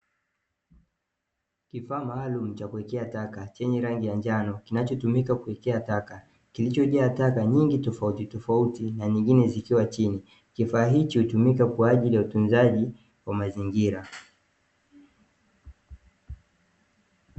Kifaa maalumu chakuwekea taka chenye rangi ya njano kinachotumika kuwekea taka, kilicho jaa taka nyingi tofauti tofauti, na nyingine zikiwa chini kifaa hicho hutumika kwa ajili ya utunzaji wa mazingira.